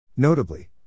Notably